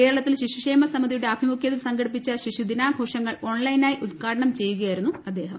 കേരളത്തിൽ ശിശുക്ഷേമ സ്ഥമിതിയുടെ ആഭിമുഖ്യത്തിൽ സംഘടിപ്പിച്ച ശിശുദിനാ്ല്ലോഷങ്ങൾ ഓൺലൈനായി ഉദ്ഘാടനം ചെയ്യുകയായിരുന്നു അദ്ദേഹം